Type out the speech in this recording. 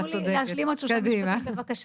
תנו לי להשלים עוד שלושה משפטים בבקשה,